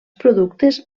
productes